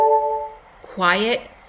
quiet